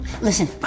Listen